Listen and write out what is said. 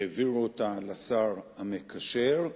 העבירו אותה לשר המקשר,